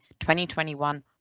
2021